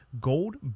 Gold